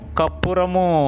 Kapuramu